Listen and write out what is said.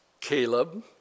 Caleb